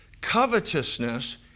covetousness